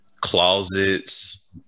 closets